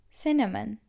cinnamon